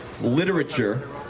literature